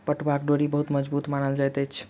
पटुआक डोरी बहुत मजबूत मानल जाइत अछि